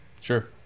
Sure